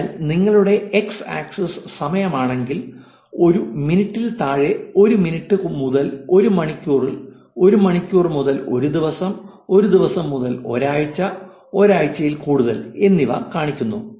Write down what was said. അതിനാൽ നിങ്ങളുടെ x axis സമയമാണെങ്കിൽ ഒരു മിനിറ്റിൽ താഴെ ഒരു മിനിറ്റ് മുതൽ ഒരു മണിക്കൂർ ഒരു മണിക്കൂർ മുതൽ ഒരു ദിവസം ഒരു ദിവസം മുതൽ ഒരാഴ്ച 1 ആഴ്ചയിൽ കൂടുതൽ എന്നിവ കാണിക്കുന്നു